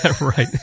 Right